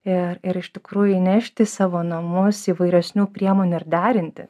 ir ir iš tikrųjų įnešti į savo namus įvairesnių priemonių ir derinti